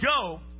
go